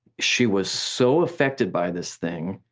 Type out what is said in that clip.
she was so affected by this thing,